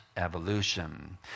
evolution